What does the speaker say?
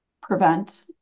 prevent